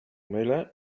mylę